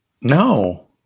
No